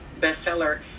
bestseller